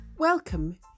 Welcome